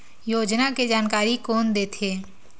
योजना के जानकारी कोन दे थे?